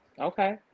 Okay